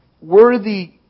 worthy